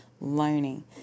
learning